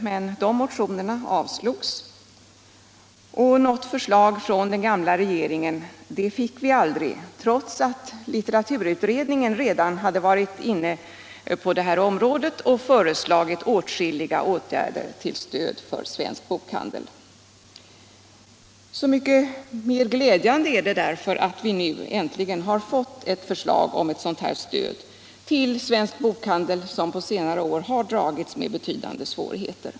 Men de motionerna avslogs, och något förslag från den gamla regeringen fick vi aldrig, trots att litteraturutredningen hade föreslagit åtskilliga åtgärder till stöd för svensk bokhandel. Så mycket mer glädjande är det därför att vi nu äntligen har fått ett förslag om stöd till svensk bokhandel, som på senare år har dragits med betydande svårigheter.